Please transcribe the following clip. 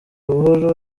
buhoro